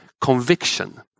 conviction